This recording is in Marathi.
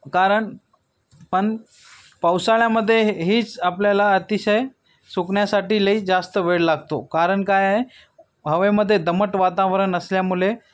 कारण पण पावसाळ्यामध्ये हीच आपल्याला अतिशय सुकण्यासाठी लई जास्त वेळ लागतो कारण काय आहे हवेमध्ये दमट वातावरण असल्यामुळे